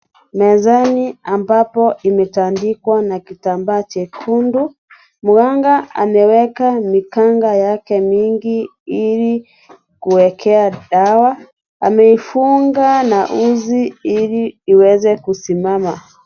Mezani ambako imetandikwa na kitambaa chekundu. Mganga ameweka mikanga yake mingi ili kuwekea dawa. Ameifunga na uzi ili iweze kusimama.